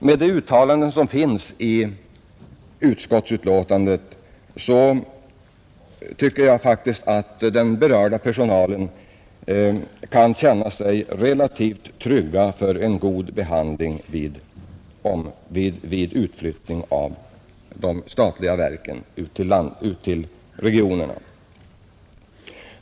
Med de uttalanden som finns i utskottsbetänkandet tycker jag faktiskt att den berörda personalen kan känna sig relativt trygg för en god behandling vid utflyttning av de statliga verken till regionerna.